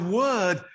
word